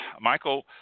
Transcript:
Michael